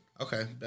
Okay